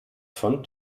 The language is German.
von